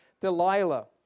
Delilah